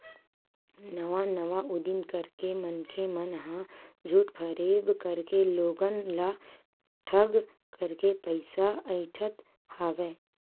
नवा नवा उदीम करके मनखे मन ह झूठ फरेब करके लोगन ल ठंग करके पइसा अइठत हवय